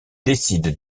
décident